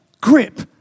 Grip